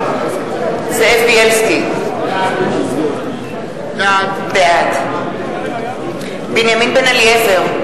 בילסקי, בעד בנימין בן-אליעזר,